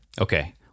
Okay